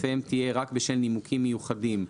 תהיה רק בשל נימוקים מיוחדים הקשורים,